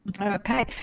Okay